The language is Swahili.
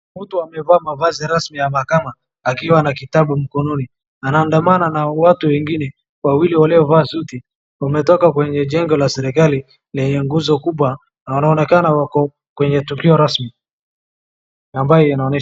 Mtu amevaa mavazi rasmi ya mahakama akiwa na kitabu mkononi. Anaandamana na watu wengine wawili waliovaa suti, wametoka kwenye jengo la serikali lenye nguzo kubwa na wanaonekana wako kwenye tukio rasmi ambayo inaonyesha.